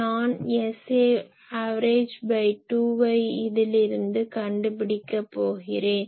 நான் Sav2ஐ இதிலிருந்து கண்டுபிடிக்க போகிறேன்